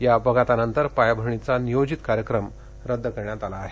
या अपघातानंतर पायाभरणीचा नियोजित कार्यक्रम रद्द करण्यात आला आहे